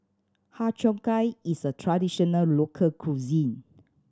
Har Cheong Gai is a traditional local cuisine